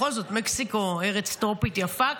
בכל זאת מקסיקו ארץ טרופית יפה,